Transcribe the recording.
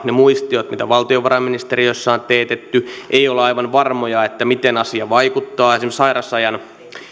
ne muistiot mitä valtiovarainministeriössä on teetetty ei olla aivan varmoja miten asia vaikuttaa esimerkiksi sairausajan